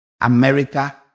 America